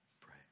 pray